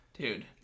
Dude